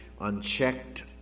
unchecked